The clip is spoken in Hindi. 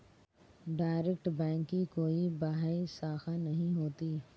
डाइरेक्ट बैंक की कोई बाह्य शाखा नहीं होती